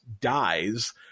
dies